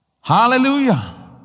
Hallelujah